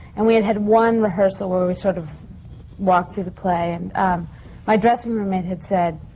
and we had had one rehearsal where we sort of walked through the play. and my dressing roommate had said.